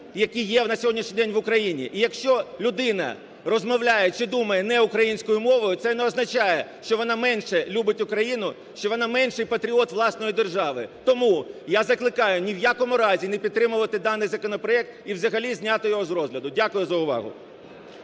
які є на сьогоднішній день в Україні, і якщо людина розмовляє чи думає не українською мовою, це не означає, що вона менше любить Україну, що вона менший патріот власної держави. Тому я закликаю ні в якому разі не підтримувати даний законопроект і взагалі зняти його з розгляду. Дякую за увагу.